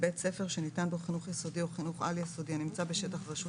בבית ספר שניתן לו חינוך יסודי או חינוך על-יסודי הנמצא בשטח רשות